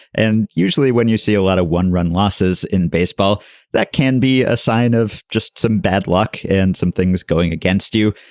and usually when you see a lot of one run losses in baseball that can be a sign of just some bad luck and some things going against you.